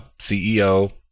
CEO